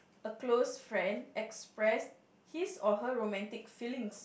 a close friend express his or her romantic feelings